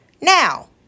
Now